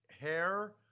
hair